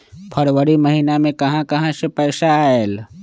फरवरी महिना मे कहा कहा से पैसा आएल?